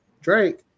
Drake